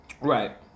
Right